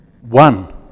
one